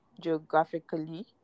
geographically